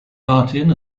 martin